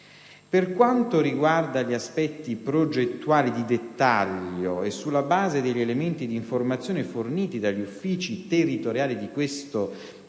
Per quanto riguarda gli aspetti progettuali di dettaglio e sulla base degli elementi di informazione forniti dagli uffici territoriali di questo Dicastero,